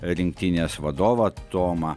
rinktinės vadovą tomą